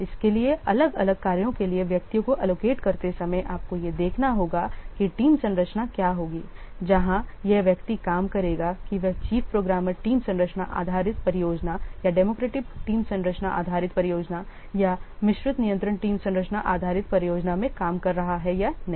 इसीलिए अलग अलग कार्यों के लिए व्यक्तियों को एलोकेट करते समय आपको यह देखना होगा कि टीम संरचना क्या होगी जहां यह व्यक्ति काम करेगा कि वह चीफ प्रोग्रामर टीम संरचना आधारित परियोजना या डेमोक्रेटिक टीम संरचना आधारित परियोजना या मिश्रित नियंत्रण टीम संरचना आधारित परियोजना में काम कर रहा है या नहीं